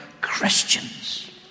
Christians